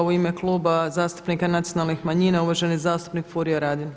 U ime Kluba zastupnika Nacionalnih manjina uvaženi zastupnik Furio Radin.